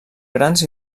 grans